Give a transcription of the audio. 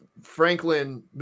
Franklin